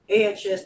AHS